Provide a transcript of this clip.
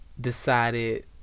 Decided